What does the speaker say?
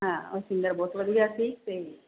ਹਾਂ ਉਹ ਸਿੰਗਰ ਬਹੁਤ ਵਧੀਆ ਸੀ ਅਤੇ